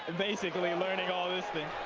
basically and learning all this oh,